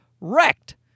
wrecked